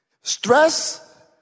stress